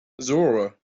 zora